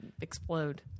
explode